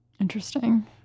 Interesting